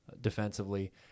defensively